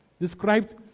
Described